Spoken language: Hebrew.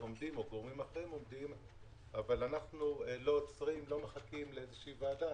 אבל אנחנו לא עוצרים, לא מחכים לאיזו ועדה.